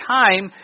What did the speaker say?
time